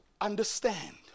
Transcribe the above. Understand